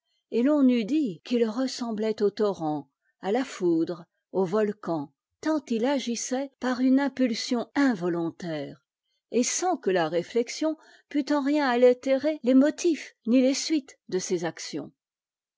et l'on eût dit qu'il ressemblait au torrent à la foudre au volcan tant il agissait par une impulsion involontaire et sans que la réflexion pût en rien altérer les motifs ni les suites de ses actions